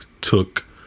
took